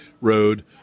road